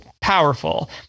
powerful